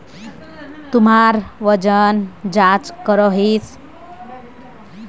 तुमरा वजन चाँ करोहिस?